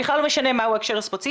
בכלל לא משנה מה הוא ההקשר הספציפי.